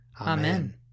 Amen